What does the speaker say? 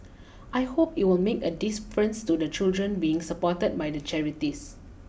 I hope it will make a difference to the children being supported by the charities